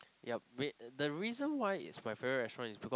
yup wait the reason why it's my favorite restaurant is because